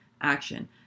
action